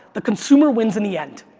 the consumer wins in the end.